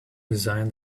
design